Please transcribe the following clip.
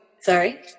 Sorry